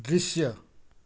दृश्य